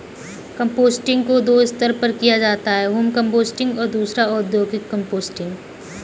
composting को दो स्तर पर किया जाता है होम कंपोस्टिंग और दूसरा औद्योगिक कंपोस्टिंग